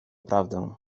prawdę